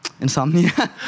insomnia